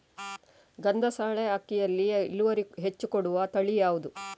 ಗಂಧಸಾಲೆ ಅಕ್ಕಿಯಲ್ಲಿ ಇಳುವರಿ ಹೆಚ್ಚು ಕೊಡುವ ತಳಿ ಯಾವುದು?